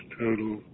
total